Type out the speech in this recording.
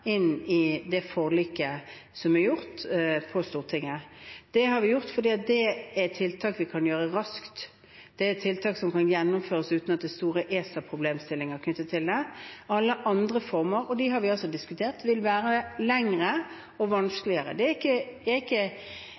inn i forliket på Stortinget. Det har vi gjort fordi det er et tiltak vi kan gjøre raskt, det er et tiltak som kan gjennomføres uten at store ESA-problemstillinger er knyttet til det. Alle andre former – og de har vi også diskutert – vil være lengre og vanskeligere. Det